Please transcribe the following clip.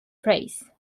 praise